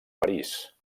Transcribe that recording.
parís